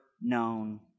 known